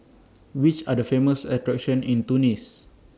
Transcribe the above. Which Are The Famous attractions in Tunis